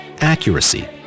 accuracy